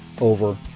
over